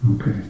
Okay